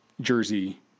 jersey